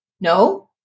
No